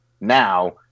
now